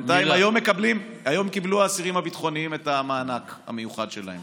בינתיים היום קיבלו האסירים הביטחוניים את המענק המיוחד שלהם.